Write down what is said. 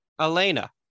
elena